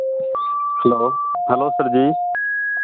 hello hello sir ji